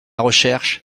recherche